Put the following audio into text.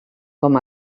com